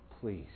please